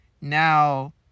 now